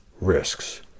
risks